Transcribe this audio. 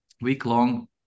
week-long